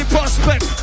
Prospect